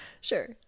Sure